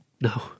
No